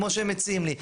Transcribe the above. כמו שהם מציעים לי.